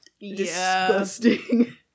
Disgusting